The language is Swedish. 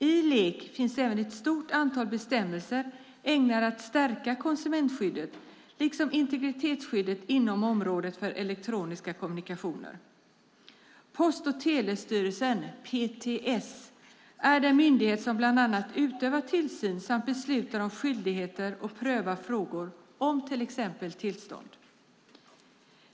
I LEK finns även ett stort antal bestämmelser som är ägnade att stärka konsumentskyddet liksom integritetsskyddet inom området för elektroniska kommunikationer. Post och telestyrelsen är den myndighet som bland annat utövar tillsyn, beslutar om skyldigheter och prövar frågor om till exempel tillstånd.